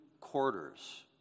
quarters